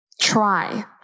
try